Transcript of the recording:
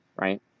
right